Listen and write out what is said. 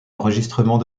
enregistrement